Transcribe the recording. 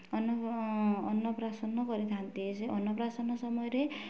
ଅନ୍ନପ୍ରଶାନ କରିଥାନ୍ତି ସେ ଅନ୍ନପ୍ରଶାନ ସମୟରେ